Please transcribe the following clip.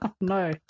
No